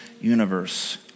universe